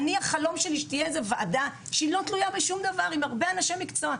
החלום שלי הוא שתהיה איזושהי ועדה בלתי תלויה של אנשי מקצוע רבים.